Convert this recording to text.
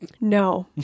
No